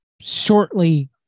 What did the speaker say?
shortly